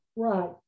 Right